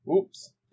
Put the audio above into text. Oops